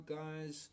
guys